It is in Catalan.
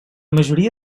majoria